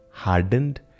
Hardened